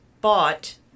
bought